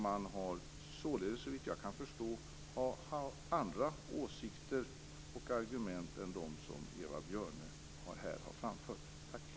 Man har således, såvitt jag kan förstå, andra åsikter och argument än de som Eva Björne här har framfört.